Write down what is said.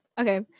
okay